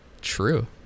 true